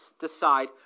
decide